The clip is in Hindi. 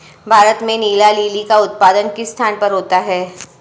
भारत में नीला लिली का उत्पादन किस स्थान पर होता है?